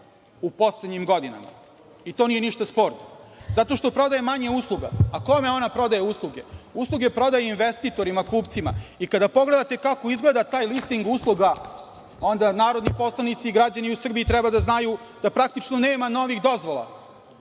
u poslednjim godinama, to nije ništa sporno, zato što prodaje manje usluga. Kome ona prodaje usluge? Usluge prodaje investitorima, kupcima i kada pogledate kako izgleda taj listing usluga, onda narodni poslanici i građani u Srbiji treba da znaju da praktično nema novih dozvola